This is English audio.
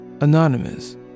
anonymous